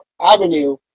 avenue